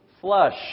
Flush